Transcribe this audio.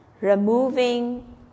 removing